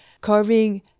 carving